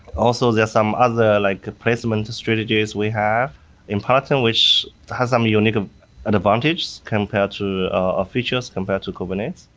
also there are some other like placement strategies we have in peloton, which has some um unique ah and advantage compared to ah features compared to kubernetes.